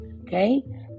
Okay